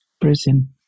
prison